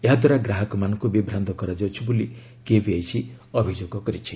ଏହାଦ୍ୱାରା ଗ୍ରାହକମାନଙ୍କୁ ବିଭ୍ରାନ୍ତ କରାଯାଉଛି ବୋଲି କେଭିଆଇସି ଅଭିଯୋଗ କରିଛି